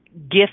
gift